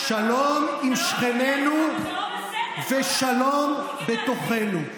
שלום עם שכנינו ושלום בתוכנו.